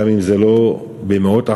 גם אם לא במאות אחוזים,